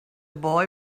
boy